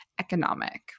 Economic